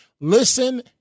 Listen